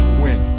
win